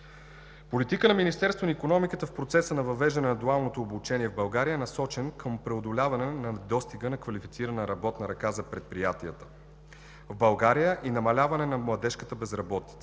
Политиката на Министерството на икономиката в процеса на въвеждане на дуалното обучение е насочена към преодоляване на недостига на квалифицирана работна ръка за предприятията и намаляване на младежката безработица